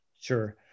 sure